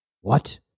What